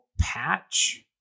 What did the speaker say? patch